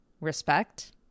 respect